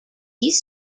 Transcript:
his